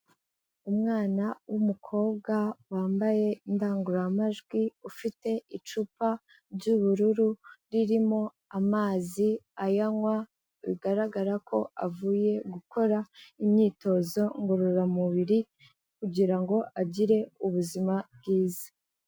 Umwana w'umukobwa wambaye indangururamajwi, ufite icupa ry'ubururu ririmo amazi ayanywa, bigaragara ko avuye gukora imyitozo ngororamubiri kugira ngo agire ubuzima bwiza.